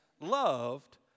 loved